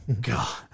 God